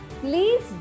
please